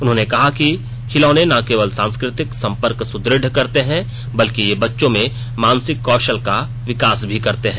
उन्होंने कहा कि खिलौने न केवल सांस्कृतिक संपर्क सुदृढ़ करते हैं बल्कि ये बच्चों में मानसिक कौशल का विकास भी करते हैं